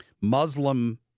Muslim